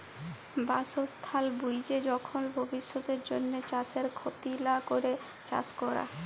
বাসস্থাল বুইঝে যখল ভবিষ্যতের জ্যনহে চাষের খ্যতি লা ক্যরে চাষ ক্যরা